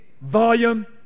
volume